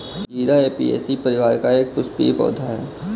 जीरा ऍपियेशी परिवार का एक पुष्पीय पौधा है